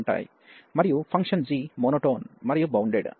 మరియు function g monotone మరియు bounded